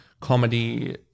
comedy